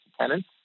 tenants